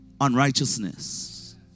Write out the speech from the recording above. unrighteousness